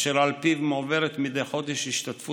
אשר על פיו מועברת מדי חודש השתתפות